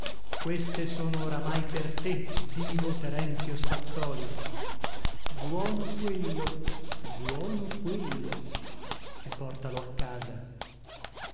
queste sono oramai per te divo terenzio spazzòli buono quello buono quello e portalo a casa